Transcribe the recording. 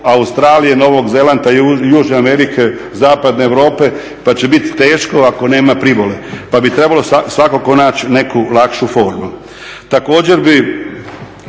Australije, Novog Zelanda, Južne Amerike, Zapadne Europe pa će biti teško ako nema privole pa bi trebalo svakako naći neku lakšu formu. Također bi